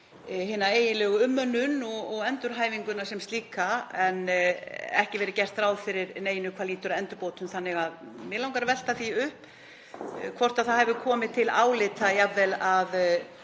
hina eiginlegu umönnun og endurhæfinguna sem slíka en ekki hefur verið gert ráð fyrir neinu hvað lýtur að endurbótum. Þannig að mig langar að velta því upp hvort það hafi komið til álita að